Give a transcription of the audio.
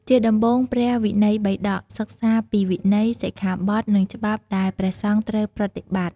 ជាដំបូង ព្រះវិន័យបិដក សិក្សាពីវិន័យ សិក្ខាបទ និងច្បាប់ដែលព្រះសង្ឃត្រូវប្រតិបត្តិ។